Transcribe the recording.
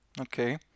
okay